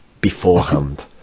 beforehand